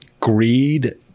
greed